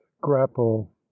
grapple